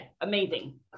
Amazing